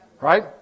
Right